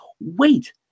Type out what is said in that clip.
Wait